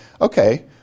okay